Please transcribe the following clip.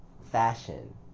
fashion